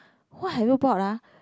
what have you bought lah